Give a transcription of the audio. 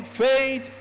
faith